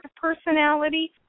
personality